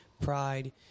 pride